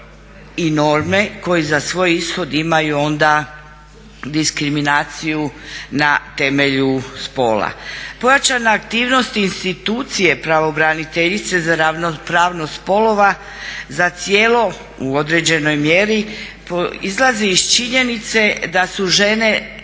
i norme koji za svoj ishod imaju onda diskriminaciju na temelju spola. Pojačana aktivnost institucije pravobraniteljice za ravnopravnost spolova zacijelo u određenoj mjeri izlazi iz činjenice da su žene